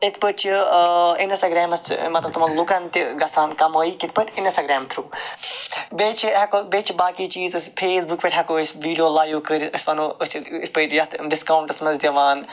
یِتھ پٲٹھۍ چھ اِنَسٹاگرامَس مَطلَب تمن لُکَن تہِ گَژھان کَمٲیہِ کِتھ پٲٹھۍ اِنسٹاگرام تھروٗ بیٚیہِ چھِ ہیٚکو بیٚیہِ چھِ باقے چیٖز أسۍ فیس بُک پیٚٹھ ہیٚکو أسۍ ویٖڈیو لایو کٔرِتھ أسۍ ونو أسۍ چھِ یِتھ پٲٹھۍ یتھ ڈِسکاونٹَس مَنٛز دِوان